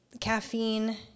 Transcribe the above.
caffeine